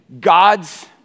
God's